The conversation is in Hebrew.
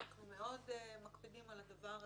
אנחנו מאוד מקפידים על הדבר הזה.